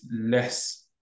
less